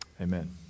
Amen